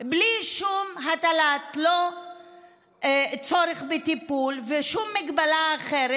בלי שום צורך בטיפול ובלי שום מגבלה אחרת,